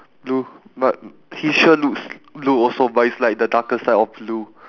blue but his shirt looks blue also but it's like the darker side of blue